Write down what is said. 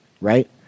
Right